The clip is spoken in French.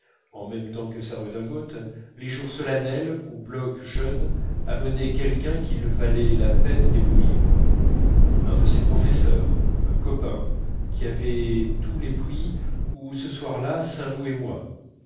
en même temps que sa redingote les jours solennels où bloch jeune amenait quelqu'un qu'il valait la peine d'éblouir un de ses professeurs un copain qui avait tous les prix ou ce soir-là saint loup et moi